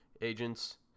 agents